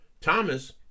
Thomas